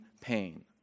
pain